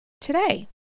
Today